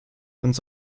ins